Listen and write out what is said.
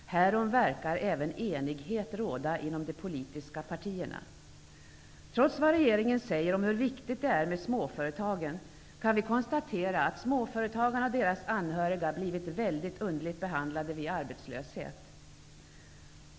Härom verkar även enighet råda inom de politiska partierna. Trots det regeringen säger om hur viktigt det är med småföretagen, kan vi konstatera att småföretagarna och deras anhöriga blivit väldigt underligt behandlade vid arbetslöshet.